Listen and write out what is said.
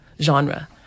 genre